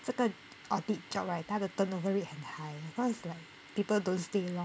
这个 audit job right 他的 turnover rate 很 high cause like people don't stay long